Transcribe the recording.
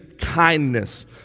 kindness